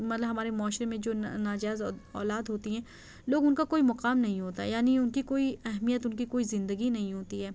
ملب ہمارے معاشرے میں جو ناجائز اولاد ہوتی ہیں لوگ اُن کا کوئی مقام نہیں ہوتا ہے یعنی اُن کی کوئی اہمیت اُن کی کوئی زندگی نہیں ہوتی ہے